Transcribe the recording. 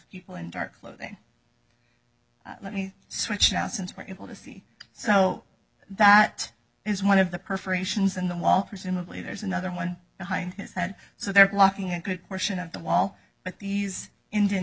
people in dark clothing let me switch now since we're able to see so that is one of the perforations in the wall presumably there's another one behind his head so they're blocking a good portion of the wall but these indian